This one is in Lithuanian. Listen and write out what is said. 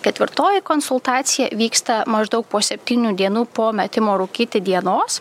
ketvirtoji konsultacija vyksta maždaug po septynių dienų po metimo rūkyti dienos